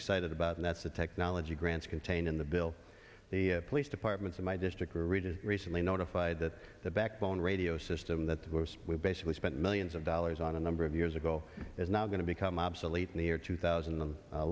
excited about and that's the technology grants contained in the bill the police departments in my district are region recently notified that the backbone radio system that we've basically spent millions of dollars on a number of years ago is now going to become obsolete in the year two thousand